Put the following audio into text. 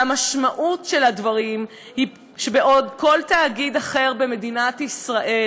והמשמעות של הדברים היא שבעוד כל תאגיד אחר במדינת ישראל,